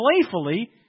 playfully